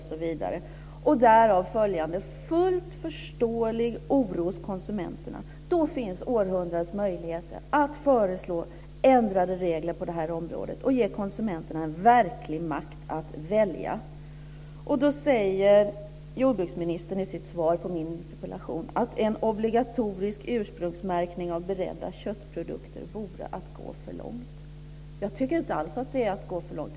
Därav har följt en fullt förståelig oro hos konsumenterna. Då finns århundradets möjligheter att föreslå ändrade regler på det här området och ge konsumenterna verklig makt att välja. Jordbruksministern säger i sitt svar på min interpellation att en obligatorisk ursprungsmärkning av beredda köttprodukter vore att gå för långt. Jag tycker inte alls att det är att gå för långt.